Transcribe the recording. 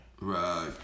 Right